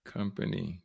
Company